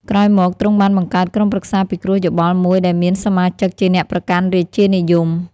ក្រោយមក ទ្រង់បានបង្កើតក្រុមប្រឹក្សាពិគ្រោះយោបល់មួយដែលមានសមាជិកជាអ្នកប្រកាន់រាជានិយម។